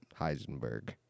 Heisenberg